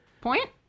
Point